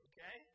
Okay